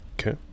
Okay